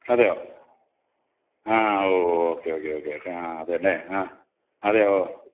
അതെയൊ ആ okay okay okay okay ആ അതെ അല്ലേ ആ അതെയോ ഓ